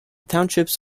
townships